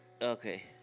Okay